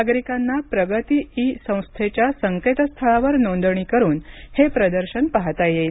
नागरिकांना प्रगती इ संस्थेच्या संकेतस्थळावर नोंदणी करुन हे प्रदर्शन पाहता येईल